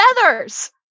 feathers